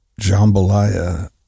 jambalaya